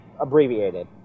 abbreviated